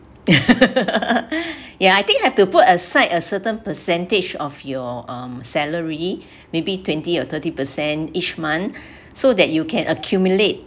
ya I think you have to put aside a certain percentage of your um salary maybe twenty or thirty percent each month so that you can accumulate